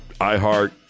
iHeart